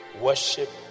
worship